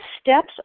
steps